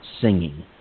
singing